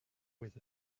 with